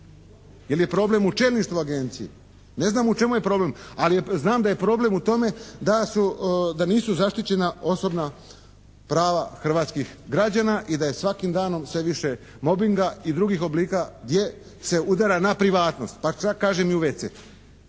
Je li problem u čelništvu agencije? Ne znam u čemu je problem, ali znam da je problem u tome da nisu zaštićena osobna prava hrvatskih građana i da je svakim danom sve više mobinga i drugih oblika gdje se udara na privatnost, pa čak kažem i u WC.